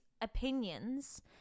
opinions